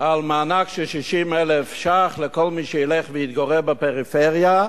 על מענק של 60,000 שקלים לכל מי שילך ויתגורר בפריפריה,